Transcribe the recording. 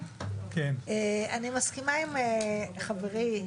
אני מסכימה עם חברי,